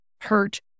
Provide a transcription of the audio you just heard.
hurt